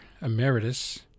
Emeritus